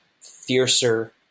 fiercer